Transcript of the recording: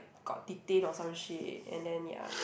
got detained or some shit and then ya